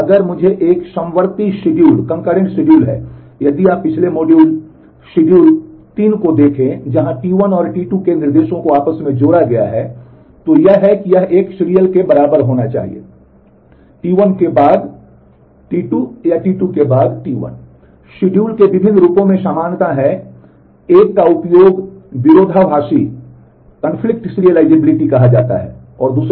इसलिए अगर मुझे एक समवर्ती शिड्यूल के बराबर होना चाहिए T1 के बाद T1 के बाद या T1 के बाद